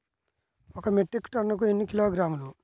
ఒక మెట్రిక్ టన్నుకు ఎన్ని కిలోగ్రాములు?